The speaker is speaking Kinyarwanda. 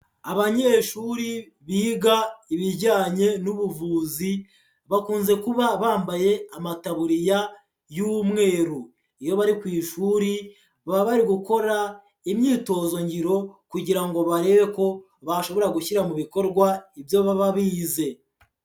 Abanyeshuri biga ibijyanye n'ubuvuzi bakunze kuba bambaye amataburiya y'umweru, iyo bari ku ishuri baba bari gukora imyitozo ngiro kugira ngo barebe ko bashobora gushyira mu bikorwa ibyo baba bize.